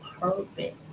purpose